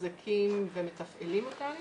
מתחזקים ומתפעלים אותה.